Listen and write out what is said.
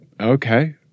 okay